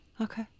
Okay